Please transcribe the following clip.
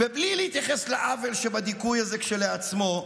בלי להתייחס לעוול של הדיכוי הזה כשלעצמו,